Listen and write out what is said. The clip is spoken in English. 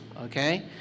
Okay